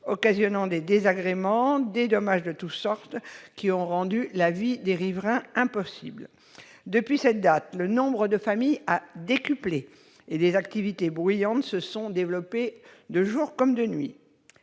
a causé des désagréments et des dommages de toute sorte, qui ont rendu la vie des riverains impossible. Depuis cette date, le nombre de familles vivant en son sein a décuplé, et leurs activités bruyantes se sont développées de jour comme de nuit.